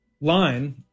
line